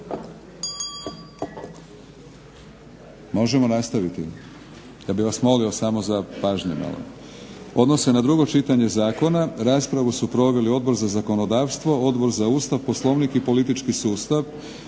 primjenjuju se odredbe Poslovnika koje se odnose na drugo čitanje zakona. Raspravu su proveli Odbor za zakonodavstvo, Odbor za Ustav, Poslovnik i politički sustav,